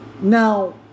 Now